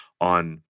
on